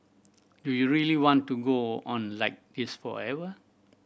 do you really want to go on like this forever